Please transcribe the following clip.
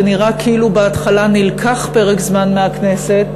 ונראה כאילו בהתחלה נלקח פרק זמן מהכנסת,